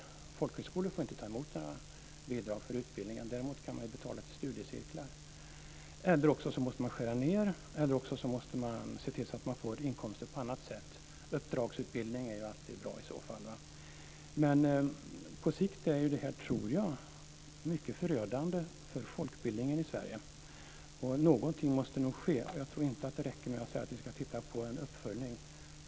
Folkhögskolor får inte ta emot några bidrag för utbildningen, men däremot kan de som deltar betala till studiecirklar. Annars måste man skära ned eller se till att man får inkomster på annat sätt. Uppdragsutbildning är alltid bra i så fall. Jag tror att detta på sikt är mycket förödande för folkbildningen i Sverige. Någonting måste nog ske. Det räcker inte med att säga att vi ska titta på en uppföljning.